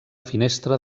finestra